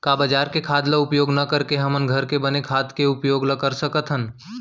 का बजार के खाद ला उपयोग न करके हमन ल घर के बने खाद के उपयोग ल कर सकथन?